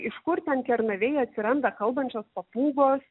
iš kur ten kernavėj atsiranda kalbančios papūgos